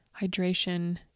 hydration